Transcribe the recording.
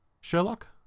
sherlock